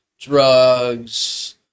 drugs